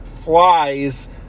flies